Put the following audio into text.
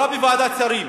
זה עבר בוועדת שרים,